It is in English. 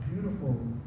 beautiful